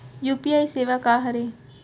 UPI सेवा का हरे?